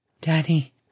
Daddy